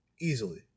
easily